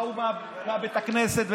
וההוא מבית הכנסת.